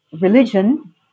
religion